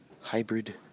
Hybrid